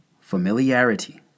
Familiarity